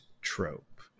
trope